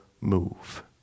move